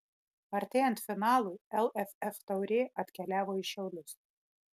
artėjant finalui lff taurė atkeliavo į šiaulius